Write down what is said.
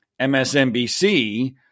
MSNBC